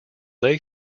lay